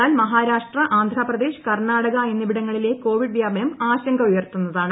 എന്നാൽ മഹാരാഷ്ട്ര ആന്ധ്രപ്രദേശ് കർണാടക എന്നിവിടങ്ങളിലെ കോവിഡ് വ്യാപനം ആശങ്ക ഉയർത്തുകയാണ്